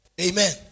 Amen